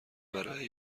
برای